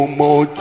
more